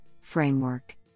framework